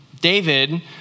David